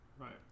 Right